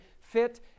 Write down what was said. fit